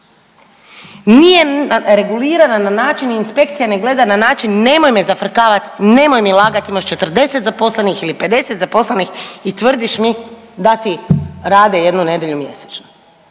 nije regulirana na način, inspekcija ne gleda na način nemoj me zafrkavat, nemoj mi lagati imaš 40 zaposlenih ili 50 zaposlenih i tvrdiš mi da ti rade jednu nedjelju mjesečno.